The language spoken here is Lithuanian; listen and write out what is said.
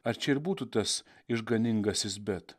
ar čia ir būtų tas išganingasis bet